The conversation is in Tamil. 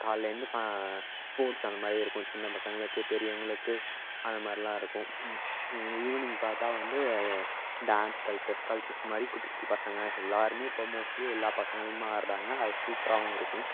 காலைலேந்து ஃப ஃஸ்போர்ட்ஸ் அந்த மாதிரி இருக்கும் சின்னப் பசங்களுக்கு பெரியவங்களுக்கு அந்த மாதிரிலாம் இருக்கும் ஈவினிங் பார்த்தா வந்து டான்ஸ் கல்ச்சர்ஸ் கல்ச்சர்ஸ் மாதிரி குட்டிப் குட்டி பசங்க எல்லோருமே இப்போ மோஸ்ட்லி எல்லா பசங்களையும் ஆடுறாங்க அது சூப்பராகவும் இருக்கும்